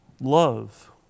love